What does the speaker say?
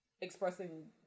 expressing